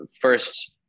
first